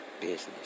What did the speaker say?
business